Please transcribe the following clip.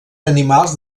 animals